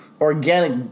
organic